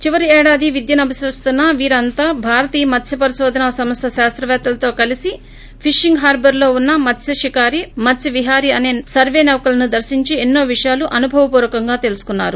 చివరి ఏడాది విద్యనభ్యస్తోన్న ోవీరంతా భారతీయ మత్సపరిశోధనా సంస్థ శాస్తపేత్తలతో కలిసి ఫిషింగ్ హార్బర్ లో వున్స మత్స్య షికారి మొత్స్య విహారీ సర్వే నౌకలను దర్పించి ్రిన్నో విషయాల్యి అనుభవపూర్వకంగా అనే తెలుసుకున్నారు